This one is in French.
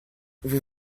vous